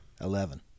Eleven